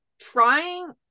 trying